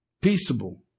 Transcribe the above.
Peaceable